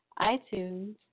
iTunes